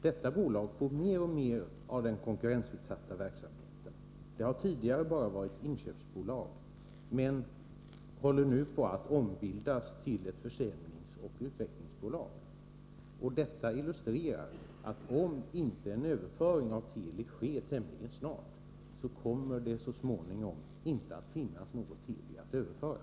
Detta bolag får mer och mer av den konkurrensutsatta verksamheten. Det har tidigare varit enbart ett inköpsbolag men håller nu på att ombildas till ett försäljningsoch utvecklingsbolag. Detta illustrerar att om inte en överföring av Teli sker tämligen snart, kommer det så småningom inte att finnas något Teli att överföra.